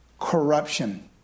Corruption